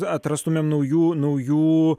atrastumėm naujų naujų